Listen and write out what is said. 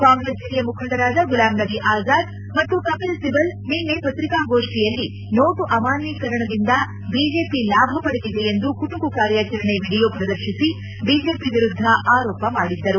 ಕಾಂಗ್ರೆಸ್ ಹಿರಿಯ ಮುಖಂಡರಾದ ಗುಲಾಮ್ ನಬಿ ಅಜಾದ್ ಮತ್ತು ಕಪಿಲ್ ಸಿಬಲ್ ನಿನ್ನೆ ಪತ್ರಿಕಾಗೋಷ್ಠಿಯಲ್ಲಿ ನೋಟು ಅಮಾನ್ಕೀಕರಣದಿಂದ ಬಿಜೆಪಿ ಲಾಭ ಪಡೆದಿದೆ ಎಂದು ಕುಟುಕು ಕಾರ್ಯಚರಣೆ ವಿಡಿಯೋ ಪ್ರದರ್ಶಿಸಿ ಬಿಜೆಪಿ ವಿರುದ್ಧ ಆರೋಪ ಮಾಡಿದ್ದರು